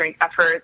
efforts